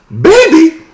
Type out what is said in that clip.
Baby